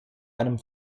einem